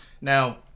Now